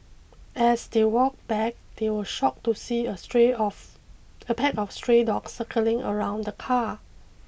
as they walked back they were shocked to see a stray of a pack of stray dogs circling around the car